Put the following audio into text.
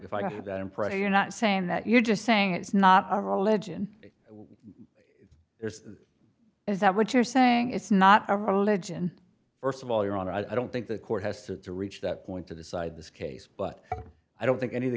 if i have that impression you're not saying that you're just saying it's not a religion is that what you're saying it's not a religion first of all your honor i don't think the court has to reach that point to decide this case but i don't think any of the